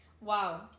Wow